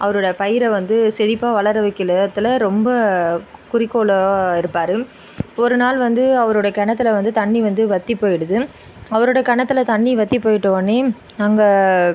அவரோடய பயிரை வந்து செழிப்பாக வளர வைக்கிற நேரத்தில் ரொம்ப குறிக்கோளாக இருப்பார் ஒரு நாள் வந்து அவரோடய கிணத்துல வந்து தண்ணி வற்றி போயிடுது அவரோடய கிணத்துல தண்ணி வற்றி போயிட்டோனே அங்கே